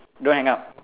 don't hang up